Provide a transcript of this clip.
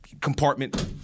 Compartment